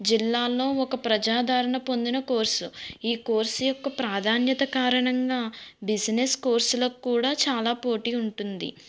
జిల్లాలో ఒక ప్రజాధారణ పొందిన కోర్సు ఈ కోర్సు యొక్క ప్రాధాన్యత కారణంగా బిజినెస్ కోర్సులకు కూడా చాలా పోటీ ఉంటుంది